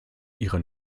ihre